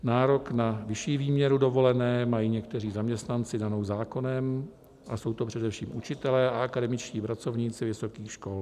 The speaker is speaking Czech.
Nárok na vyšší výměru dovolené mají někteří zaměstnanci danou zákonem a jsou to především učitelé a akademičtí pracovníci vysokých škol.